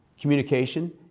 communication